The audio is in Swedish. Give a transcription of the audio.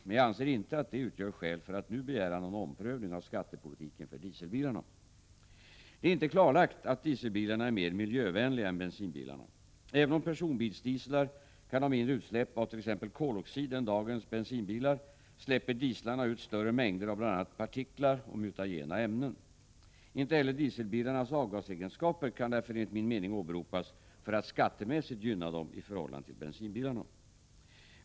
Men jag anser inte att detta utgör skäl för att nu begära någon omprövning av skattepolitiken för dieselbilarna. Det är inte klarlagt att dieselbilarna är mer miljövänliga än bensinbilarna. Även om personbilsdieslar kan ha mindre utsläpp av t.ex. koloxid än dagens bensinbilar släpper dieslarna ut större mängder av bl.a. partiklar och mutagena ämnen. Inte heller dieselbilarnas avgasegenskaper kan därför enligt min mening åberopas för att skattemässigt gynna dem i förhållande till bensinbilarna.